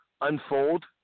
unfold